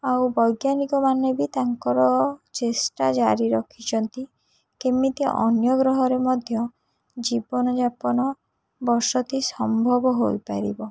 ଆଉ ବୈଜ୍ଞାନିକମାନେ ବି ତାଙ୍କର ଚେଷ୍ଟା ଜାରି ରଖିଛନ୍ତି କେମିତି ଅନ୍ୟ ଗ୍ରହରେ ମଧ୍ୟ ଜୀବନଯାପନ ବସତି ସମ୍ଭବ ହୋଇପାରିବ